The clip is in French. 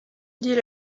dit